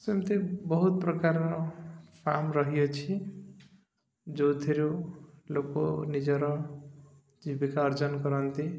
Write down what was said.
ସେମିତି ବହୁତ ପ୍ରକାରର ଫାର୍ମ ରହିଅଛି ଯେଉଁଥିରୁ ଲୋକ ନିଜର ଜୀବିକା ଅର୍ଜନ କରନ୍ତି